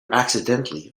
accidentally